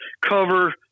cover